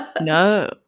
No